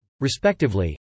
respectively